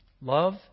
Love